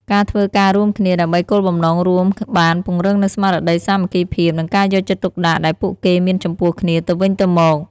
ការធ្វើការរួមគ្នាដើម្បីគោលបំណងរួមបានពង្រឹងនូវស្មារតីសាមគ្គីភាពនិងការយកចិត្តទុកដាក់ដែលពួកគេមានចំពោះគ្នាទៅវិញទៅមក។